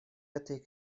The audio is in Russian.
этой